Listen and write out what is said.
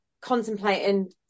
contemplating